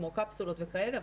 כמו קפסולות וכאלה,